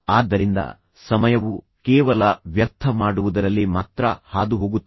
ಆದ್ದರಿಂದ ಸಮಯವು ಕೇವಲ ವ್ಯರ್ಥ ಮಾಡುವುದರಲ್ಲಿ ಮಾತ್ರ ಹಾದುಹೋಗುತ್ತದೆ